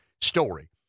story